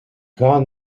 gaan